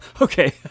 Okay